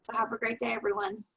have a great day. everyone.